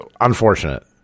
unfortunate